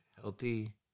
healthy